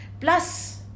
plus